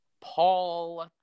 Paul